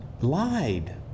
lied